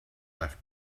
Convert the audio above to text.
left